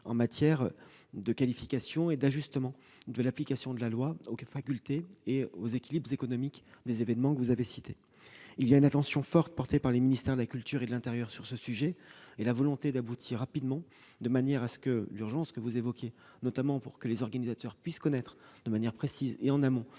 en matière de qualification et d'ajustement de l'application de la loi aux facultés et aux équilibres économiques des événements que vous avez cités. Soyez assuré de la forte attention portée par les ministères de la culture et de l'intérieur sur ce sujet, ainsi que de la volonté d'aboutir rapidement afin de répondre à l'urgence que vous évoquez, notamment pour que les organisateurs puissent connaître précisément et en amont